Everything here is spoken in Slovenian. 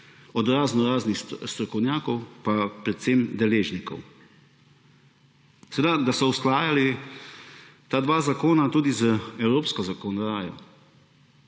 od raznoraznih strokovnjakov pa predvsem deležnikov. Usklajevali so ta dva zakona tudi z evropsko zakonodajo,